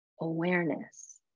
awareness